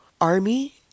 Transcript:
army